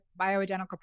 Bioidentical